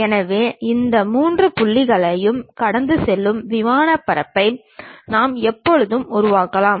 எனவே இந்த மூன்று புள்ளிகளையும் கடந்து செல்லும் விமான மேற்பரப்பை நாம் எப்போதும் உருவாக்கலாம்